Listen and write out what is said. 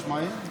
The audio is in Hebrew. מים?